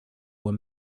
were